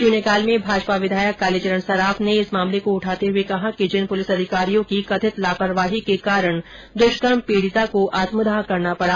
शून्यकाल में भाजपा विधायक कालीचरण सराफ ने इस मामले को उठाते हुए कहा कि जिन पुलिस अधिकारियों की कथित लापरवाही के कारण दुष्कर्म पीड़िता को आत्मदाह करना पड़ा